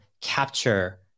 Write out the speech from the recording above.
capture